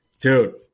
Dude